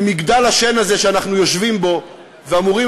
ממגדל השן הזה שאנחנו יושבים בו ואמורים